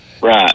Right